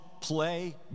play